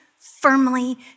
firmly